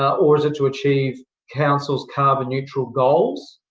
or is it to achieve council's carbon neutral goals?